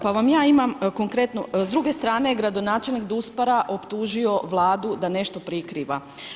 Pa vam ja imam konkretno, s druge strane je gradonačelnik Duspara optužio Vladu da nešto prikriva.